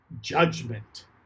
judgment